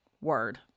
word